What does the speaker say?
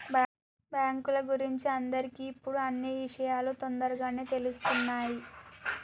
బాంకుల గురించి అందరికి ఇప్పుడు అన్నీ ఇషయాలు తోందరగానే తెలుస్తున్నాయి